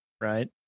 Right